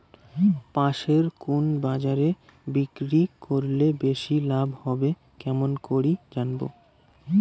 পাশের কুন বাজারে বিক্রি করিলে বেশি লাভ হবে কেমন করি জানবো?